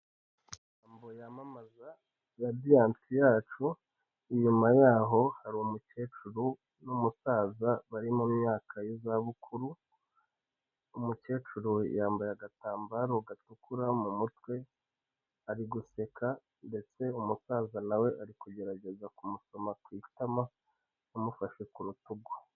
Mbo yamamaza Radiyanti yacu inyuma yaho hari umukecuru n'umusaza bari mu myaka y'izabukuru. Umukecuru yambaye agatambaro gatukura mu mutwe ari guseka, ndetse umusaza nawe ari kugerageza kumusoma ku itama amufashe ku rutugu..